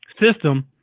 system